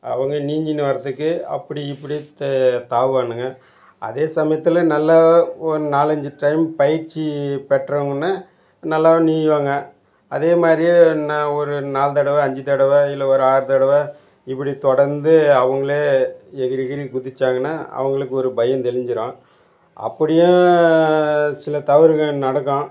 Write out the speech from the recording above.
அவங்க நீந்தின்னு வர்றதுக்கு அப்படி இப்படி த தாவுவானுங்க அதே சமயத்தில் நல்லா ஒரு நாலஞ்சு டைம் பயிற்சி பெற்றவுடனே நல்லாவே நீயுவாங்க அதே மாதிரி நான் ஒரு நாலு தடவை அஞ்சு தடவை இல்லை ஒரு ஆறு தடவை இப்படி தொடர்ந்து அவங்களே எகிறி இகிறி குதித்தாங்கன்னா அவங்களுக்கு ஒரு பயம் தெளிஞ்சிடும் அப்படியும் சில தவறுகள் நடக்கும்